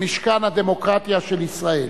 משכן הדמוקרטיה של ישראל.